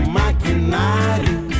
maquinário